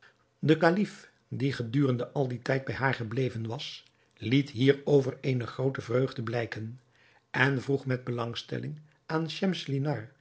de kalif die gedurende al dien tijd bij haar gebleven was liet hierover eene groote vreugde blijken en vroeg met belangstelling aan